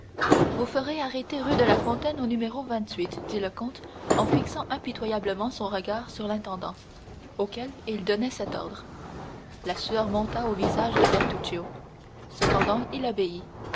vous ferez arrêter rue de la fontaine au numéro dit le comte en fixant impitoyablement son regard sur l'intendant auquel il donnait cet ordre la sueur monta au visage de bertuccio cependant il obéit